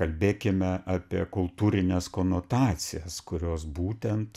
kalbėkime apie kultūrines konotacijas kurios būtent